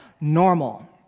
normal